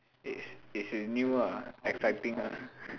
it's it's new ah exciting ah